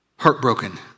heartbroken